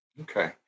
Okay